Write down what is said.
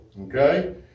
Okay